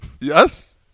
Yes